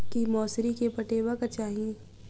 की मौसरी केँ पटेबाक चाहि?